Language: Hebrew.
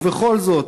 ובכל זאת,